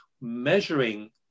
measuring